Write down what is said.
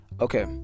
Okay